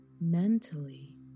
mentally